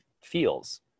feels